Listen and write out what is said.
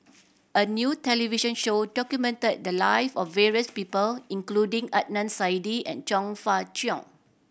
a new television show documented the lives of various people including Adnan Saidi and Chong Fah Cheong